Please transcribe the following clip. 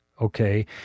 Okay